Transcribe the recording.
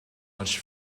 much